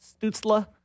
Stutzla